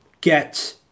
get